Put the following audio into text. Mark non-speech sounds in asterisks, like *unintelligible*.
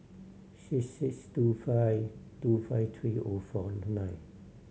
six six two five two five three O four *unintelligible* nine